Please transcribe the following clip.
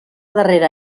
darrera